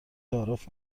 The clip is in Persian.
تعارف